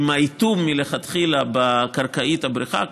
עם איטום מלכתחילה בקרקעית הבריכה,